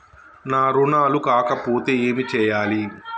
నా రుణాలు కాకపోతే ఏమి చేయాలి?